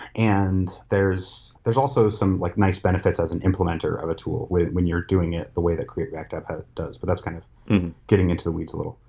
and there's there's also some like nice benefits as an implementer of a tool when when you're doing it the way that create react app does, but that's kind of getting into the weeds a little.